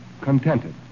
Contented